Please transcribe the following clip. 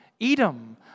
Edom